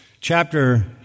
chapter